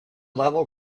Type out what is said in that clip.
level